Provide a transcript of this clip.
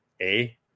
A-